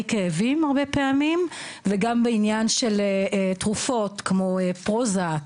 כאבים הרבה פעמים וגם בעניין של תרופות כמו פרוזק,